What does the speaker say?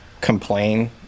complain